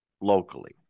locally